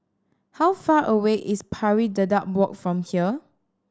how far away is Pari Dedap Walk from here